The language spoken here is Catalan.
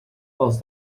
pels